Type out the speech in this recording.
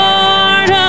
Lord